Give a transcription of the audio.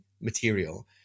material